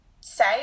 say